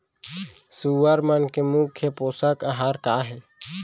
सुअर मन के मुख्य पोसक आहार का हे?